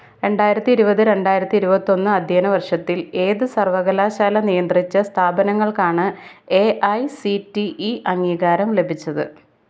രണ്ടായിരത്തി ഇരുപത് രണ്ടായിരത്തി ഇരുപത്തി ഒന്ന് അധ്യയന വർഷത്തിൽ ഏത് സർവകലാശാല നിയന്ത്രിച്ച സ്ഥാപനങ്ങൾക്കാണ് A I C T E അംഗീകാരം ലഭിച്ചത്